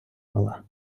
мала